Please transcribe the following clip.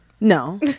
No